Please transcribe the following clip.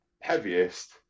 heaviest